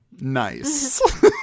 Nice